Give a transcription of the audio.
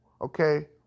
okay